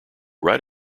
write